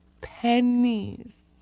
pennies